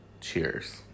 Cheers